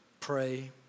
pray